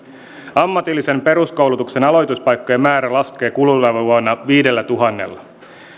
ammatillisen peruskoulutuksen aloituspaikkojen määrä laskee kuluvana vuonna viidellä tuhannella